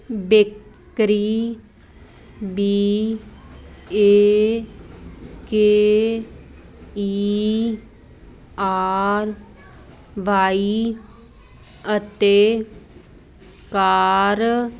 bakery B A K E R Y ਅਤੇ ਕਾਰ